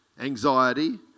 anxiety